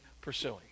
pursuing